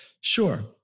Sure